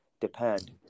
depend